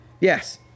Yes